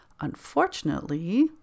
unfortunately